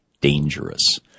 dangerous